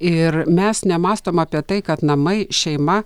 ir mes nemąstom apie tai kad namai šeima